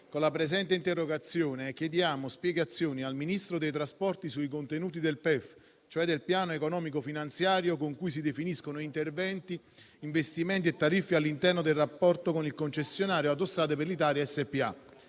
con la presente interrogazione chiediamo spiegazioni al Ministro delle infrastrutture e dei trasporti sui contenuti del piano economico-finanziario (PEF) con cui si definiscono interventi, investimenti e tariffe all'interno del rapporto con il concessionario Autostrade per l'Italia SpA